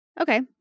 Okay